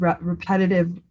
repetitive